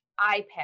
iPad